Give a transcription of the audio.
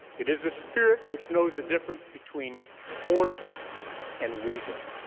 it is the spirit which knows the difference between force and reason,